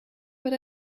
but